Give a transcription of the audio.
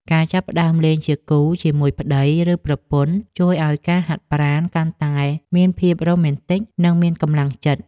ការចាប់ផ្ដើមលេងជាគូជាមួយប្ដី ឬប្រពន្ធជួយឱ្យការហាត់ប្រាណកាន់តែមានភាពរ៉ូមែនទិក និងមានកម្លាំងចិត្ត។